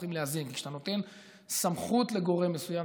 וצריכים לאזן: כשאתה נותן סמכות לגורם מסוים,